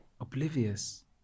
Oblivious